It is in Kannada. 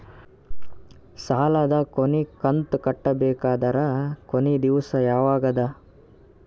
ಸಾಲದ ಕೊನಿ ಕಂತು ಕಟ್ಟಬೇಕಾದರ ಕೊನಿ ದಿವಸ ಯಾವಗದ?